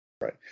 Right